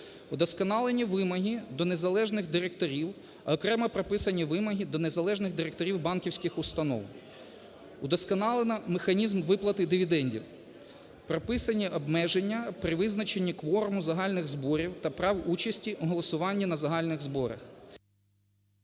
прописані вимоги до незалежних директорів банківських установ. Удосконалено механізм виплати дивідендів, прописані обмеження при визначенні кворуму загальних зборів та прав участі в голосуванні на загальних зборах…